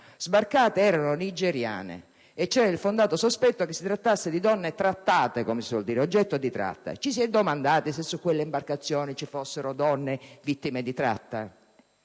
Lampedusa erano nigeriane, e c'era il fondato sospetto che si trattasse di donne "trattate", come si suol dire, ovvero di donne oggetto di tratta. Ci si è domandati se su quelle imbarcazione ci fossero donne vittime di tratta?